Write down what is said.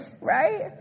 Right